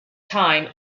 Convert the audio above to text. time